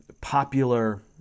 popular